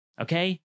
Okay